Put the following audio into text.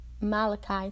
Malachi